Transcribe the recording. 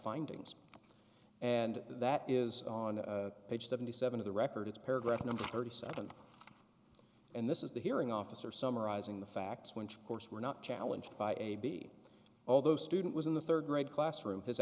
findings and that is on page seventy seven of the record it's paragraph number thirty seven and this is the hearing officer summarizing the facts which course were not challenged by a b although student was in the rd grade classroom his